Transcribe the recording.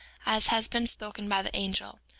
as has been spoken by the angel,